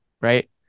Right